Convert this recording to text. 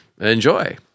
enjoy